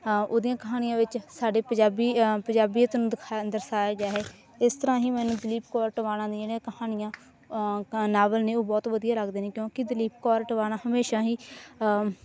ਉਹਦੀਆਂ ਕਹਾਣੀਆਂ ਵਿੱਚ ਸਾਡੇ ਪੰਜਾਬੀ ਪੰਜਾਬੀਅਤ ਨੂੰ ਦਿਖਾ ਦਰਸਾਇਆ ਗਿਆ ਹੈ ਇਸ ਤਰ੍ਹਾਂ ਹੀ ਮੈਨੂੰ ਦਲੀਪ ਕੌਰ ਟਿਵਾਣਾ ਦੀਆਂ ਜਿਹੜੀਆਂ ਕਹਾਣੀਆਂ ਨਾਵਲ ਨੇ ਉਹ ਬਹੁਤ ਵਧੀਆ ਲੱਗਦੇ ਨੇ ਕਿਉਂਕਿ ਦਲੀਪ ਕੌਰ ਟਿਵਾਣਾ ਹਮੇਸ਼ਾ ਹੀ